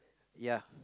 ya